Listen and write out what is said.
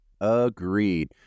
Agreed